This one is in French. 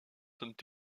sont